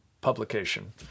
publication